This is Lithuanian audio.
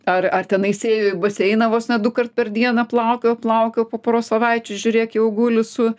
ar ar tenais ėjo į baseiną vos ne dukart per dieną plaukiojo plaukiojo po poros savaičių žiūrėk jau guli su